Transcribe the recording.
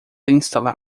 instalar